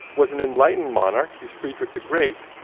was an enlightened monarch, he's frederick the great,